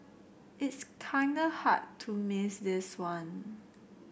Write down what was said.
it's kinda hard to miss this one